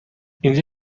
اینجا